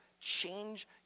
change